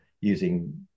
using